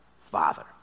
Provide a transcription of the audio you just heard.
Father